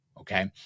okay